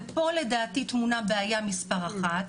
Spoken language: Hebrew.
ופה לדעתי טמונה בעיה מספר אחת.